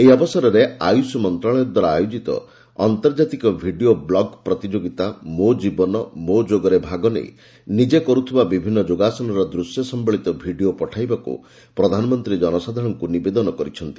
ଏହି ଅବସରରେ ଆୟୁଷ୍ ମନ୍ତ୍ରଣାଳୟ ଦ୍ୱାରା ଆୟୋଜିତ ଆନ୍ତର୍ଜାତିକ ଭିଡ଼ିଓ ବ୍ଲଗ୍ ପ୍ରତିଯୋଗୀତା 'ମୋ ଜୀବନ ମୋ ଯୋଗ'ରେ ଭାଗ ନେଇ ନିଜେ କରୁଥିବା ବିଭିନ୍ନ ଯୋଗାସନର ଦୂଶ୍ୟ ସମ୍ଭଳିତ ଭିଡ଼ିଓ ପଠାଇବାକୁ ପ୍ରଧାନମନ୍ତ୍ରୀ ଜନସାଧାରଣମାନଙ୍କୁ ନିବେଦନ କରିଛନ୍ତି